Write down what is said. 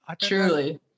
truly